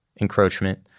encroachment